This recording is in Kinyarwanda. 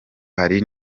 hari